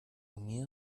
mir